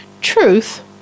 Truth